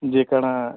ଯେ କାଣ